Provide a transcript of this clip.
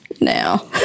Now